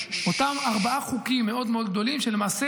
אותם ארבעה חוקים מאוד מאוד גדולים שלמעשה